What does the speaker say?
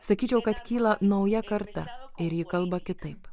sakyčiau kad kyla nauja karta ir ji kalba kitaip